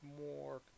more